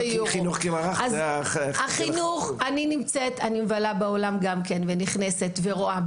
אני מבלה בעולם ונכנסת ורואה.